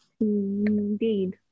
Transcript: Indeed